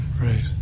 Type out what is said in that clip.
Right